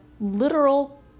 literal